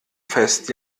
fest